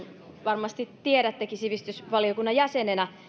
varmasti tiedättekin sivistysvaliokunnan jäsenenä